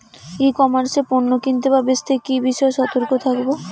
ই commerce এ পণ্য কিনতে বা বেচতে কি বিষয়ে সতর্ক থাকব?